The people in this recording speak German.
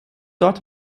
dort